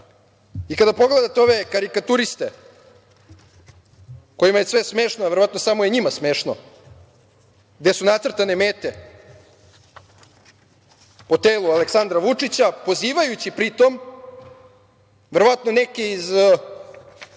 i kada pogledate ove karikaturiste kojima je sve smešno, a verovatno je samo njima smešno, gde su nacrtane mete po telu Aleksandra Vučića, pozivajući pri tome verovatno neke iz